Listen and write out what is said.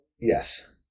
yes